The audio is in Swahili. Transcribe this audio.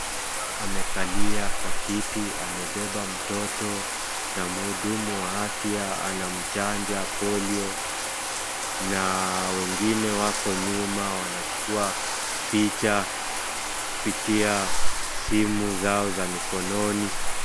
Amekalia kwa kiti amebeba mtoto na mhudumu wa afya anachanja polio na wengine wako nyuma wanachukua picha kutumia simu zao za mikononi.